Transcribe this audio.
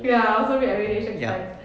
ya I also read everyday straits times